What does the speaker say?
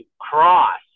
cross